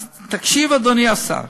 אז תקשיב, אדוני השר,